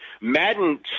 Madden